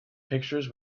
pictures